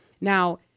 Now